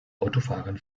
autofahrern